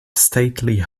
stately